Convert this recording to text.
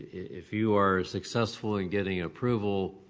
if you are successful in getting approval,